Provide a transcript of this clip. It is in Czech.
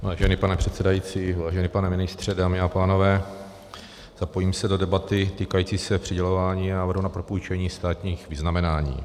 Vážený pane předsedající, vážený pane ministře, dámy a pánové, zapojím se do debaty týkající se přidělování a návrhu na propůjčení státních vyznamenání.